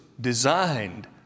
designed